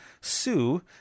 Sue